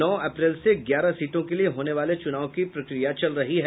नौ अप्रैल से ग्यारह सीटों के लिये होने वाले चुनाव की प्रक्रिया चल रही है